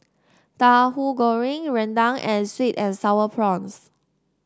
Tauhu Goreng rendang and sweet and sour prawns